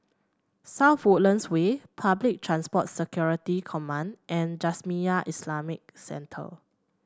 South Woodlands Way Public Transport Security Command and Jamiyah Islamic Centre